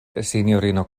sinjorino